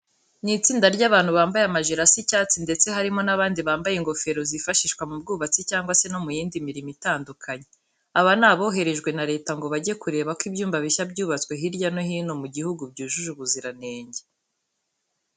Ni itsinda ry'abantu bambaye amajire asa icyatsi ndetse harimo n'abandi bambaye ingofero zifashishwa mu bwubatsi cyangwa se no mu yindi mirimo itandukanye. Aba ni aboherejwe na leta ngo bajye kureba ko ibyumba bishya byubatswe hirya no hino mu guhugu byujuje ubuziranenge.